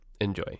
Enjoy